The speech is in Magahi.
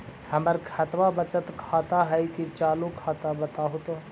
हमर खतबा बचत खाता हइ कि चालु खाता, बताहु तो?